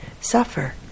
suffer